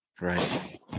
Right